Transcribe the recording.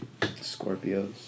Scorpios